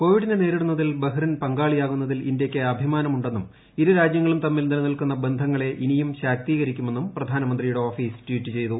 കോവിഡിനെ നേരിടുന്നതിൽ ബഹ്റിൻ പങ്കാളിയാകുന്നതിൽ ഇന്ത്യയ്ക്ക് അഭിമാനമുണ്ടെന്നും ഇരുരാജൃങ്ങളും തമ്മിൽ നിലനിൽക്കുന്ന ബന്ധങ്ങളെ ഇനിയും ശാക്തീകരിക്കുമെന്നും പ്രധാനമന്ത്രിയുടെ ഓഫീസ് ട്വീറ്റ് ചെയ്തു